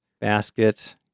basket